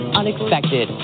unexpected